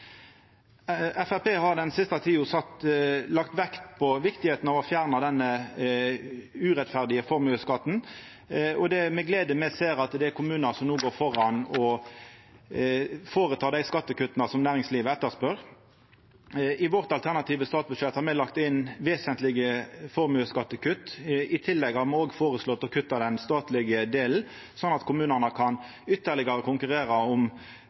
har den siste tida lagt vekt på kor viktig det er å fjerna den urettferdige formuesskatten. Det er med glede me ser at nokre kommunar går føre i å gjera dei skattekutta som næringslivet etterspør. I vårt alternative statsbudsjett har me lagt inn vesentlege formuesskattekutt. I tillegg har me foreslått å kutta den statlege delen, sånn at kommunane ytterlegare kan konkurrera om